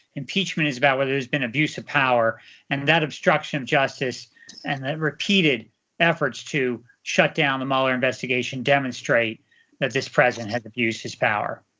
impeachment is about whether there's been abuse of power and that obstruction justice and repeated efforts to shut down the mueller investigation demonstrate that this president has abused his power.